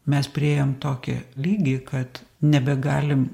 mes priėjom tokį lygį kad nebegalim